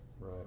Right